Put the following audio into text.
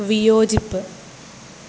വിയോജിപ്പ്